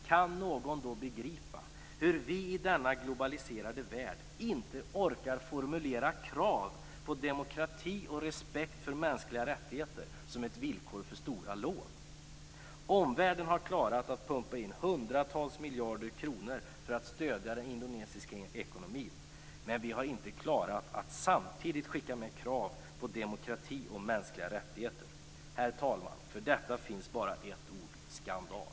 Kan någon då begripa varför vi i denna globaliserade värld inte orkar formulerar krav på demokrati och respekt för mänskliga rättigheter som ett villkor för stora lån? Omvärlden har klarat att pumpa in hundratals miljarder kronor för att stödja den indonesiska ekonomin, men vi har inte klarat av att samtidigt skicka med krav på demokrati och mänskliga rättigheter. Herr talman! För detta finns bara ett ord - skandal!